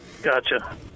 Gotcha